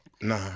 Nah